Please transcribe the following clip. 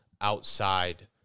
outside